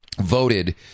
voted